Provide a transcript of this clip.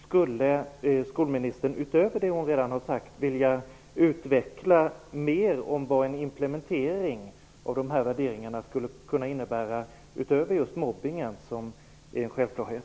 Skulle skolministern, utöver det hon redan har sagt, vilja utveckla mer om vad en implementering av dessa värderingar skulle kunna innebära utöver arbetet mot mobbning, som är en självklarhet?